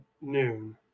noon